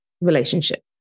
relationship